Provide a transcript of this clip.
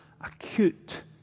acute